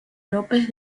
lópez